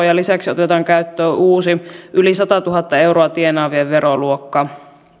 ja lisäksi otetaan käyttöön uusi yli satatuhatta euroa tienaavien veroluokka